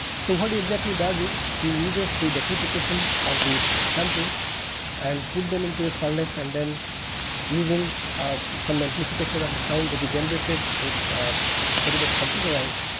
so, what he exactly does is he uses the decrypitation of the samples and put them into a furnace and then using ah some amplification of the sound that is generated with ah which is very much computerized.